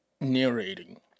narrating